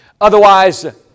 Otherwise